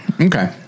Okay